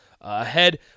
ahead